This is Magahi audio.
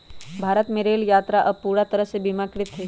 भारत में रेल यात्रा अब पूरा तरह से बीमाकृत हई